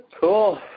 Cool